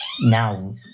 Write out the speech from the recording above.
now